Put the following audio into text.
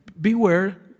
beware